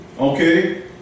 Okay